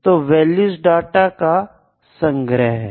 तो data values का संग्रह है